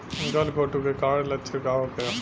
गलघोंटु के कारण लक्षण का होखे?